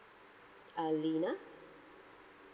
uh lina